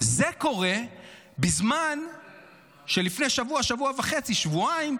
זה קורה בזמן שלפני שבוע, שבוע וחצי, שבועיים,